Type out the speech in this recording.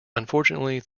unfortunately